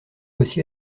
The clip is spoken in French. aussi